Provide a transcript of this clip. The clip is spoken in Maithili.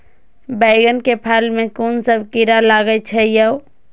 बैंगन के फल में कुन सब कीरा लगै छै यो?